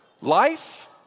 Life